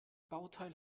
bauteil